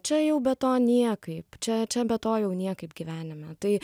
čia jau be to niekaip čia čia be to jau niekaip gyvenime tai